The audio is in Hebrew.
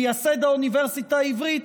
מייסד האוניברסיטה העברית,